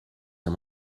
i’m